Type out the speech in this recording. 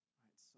right